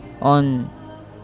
on